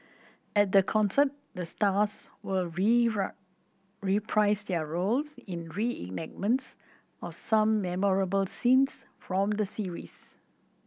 at the concert the stars will reprise their roles in reenactments of some memorable scenes from the series